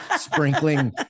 Sprinkling